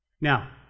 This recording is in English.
Now